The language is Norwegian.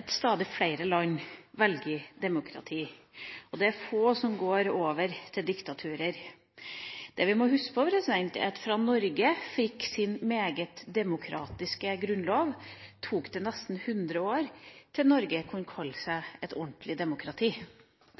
at stadig flere land velger demokrati. Det er få som går over til diktatur. Det vi må huske, er at fra Norge fikk sin meget demokratiske grunnlov, tok det nesten hundre år før Norge kunne kalle seg et ordentlig demokrati.